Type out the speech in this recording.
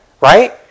Right